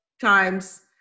times